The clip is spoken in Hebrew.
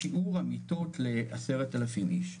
שב-2019 הם קיבלו במבחן התמיכה 4.5 מיליון שקלים,